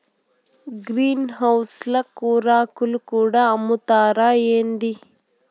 green house ల కూరాకులు కూడా అమ్ముతారా ఏంది